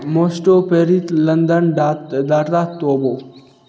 Moscow Paris London Dhaka